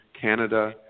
Canada